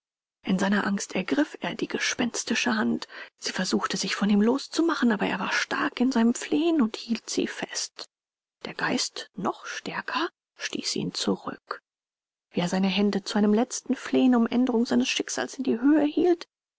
in seiner angst ergriff er die gespenstische hand sie versuchte sich von ihm loszumachen aber er war stark in seinem flehen und hielt sie fest der geist noch stärker stieß ihn zurück wie er seine hände zu einem letzten flehen um aenderung seines schicksals in die höhe hielt